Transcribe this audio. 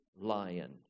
lion